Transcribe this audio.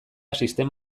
sistema